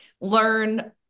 learn